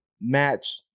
match